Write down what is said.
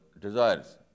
desires